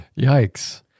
Yikes